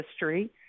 history